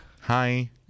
Hi